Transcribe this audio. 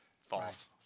False